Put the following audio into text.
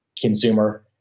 consumer